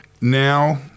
now